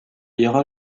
ira